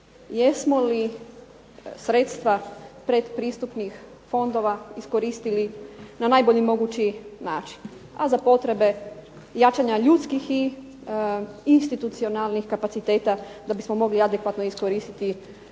jesmo li sredstva pretpristupnih fondova iskoristili na najbolji mogući način, a za potrebe jačanja ljudskih i institucionalnih kapaciteta da bismo mogli adekvatno iskoristiti